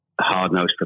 hard-nosed